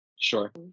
Sure